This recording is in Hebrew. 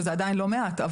שזה עדיין לא מעט.